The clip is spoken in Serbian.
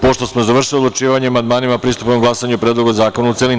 Pošto smo završili odlučivanje o amandmanima, pristupamo glasanju o Predlogu zakona, u celini.